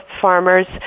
farmers